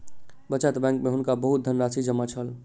बचत बैंक में हुनका बहुत धनराशि जमा छल